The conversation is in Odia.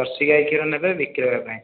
ଜର୍ସି ଗାଈ କ୍ଷୀର ନେବେ ବିକ୍ରୟ ପାଇଁ